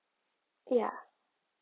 ya